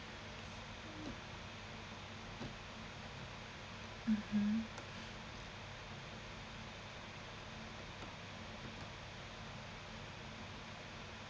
mmhmm